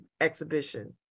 exhibition